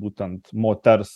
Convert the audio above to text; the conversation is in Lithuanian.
būtent moters